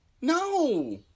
No